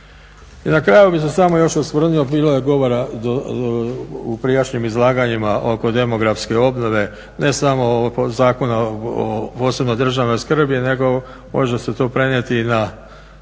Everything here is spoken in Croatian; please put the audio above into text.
I na kraju bih se još samo osvrnulo, bilo je govora u prijašnjim izlaganjima oko demografske obnove ne samo oko Zakona od posebne državne skrbi nego može se to prenijeti i